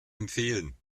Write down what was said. empfehlen